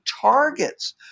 targets